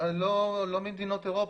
לא ממדינות אירופה.